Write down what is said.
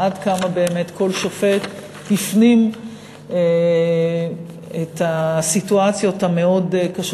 עד כמה באמת כל שופט הפנים את הסיטואציות המאוד-קשות